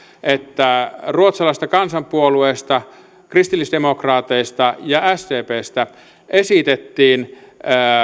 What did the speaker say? että ruotsalaisesta kansanpuolueesta kristillisdemokraateista ja sdpstä esitettiin